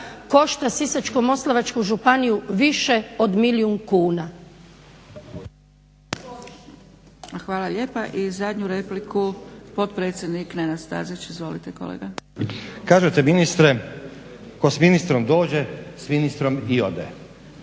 košta Sisačko-moslavačku županiju više od milijun kuna.